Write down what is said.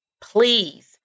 Please